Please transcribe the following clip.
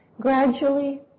Gradually